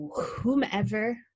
whomever